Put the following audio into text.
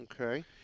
Okay